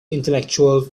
intellectual